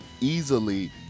easily